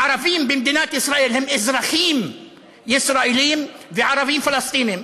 הערבים במדינת ישראל הם אזרחים ישראלים וערבים פלסטינים.